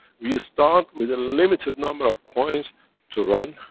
we start with a limited number of coins to run,